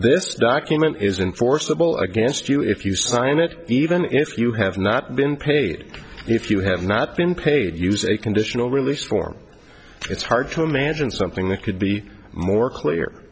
this document isn't forcible against you if you sign it even if you have not been paid if you have not been paid use a conditional release form it's hard to imagine something that could be more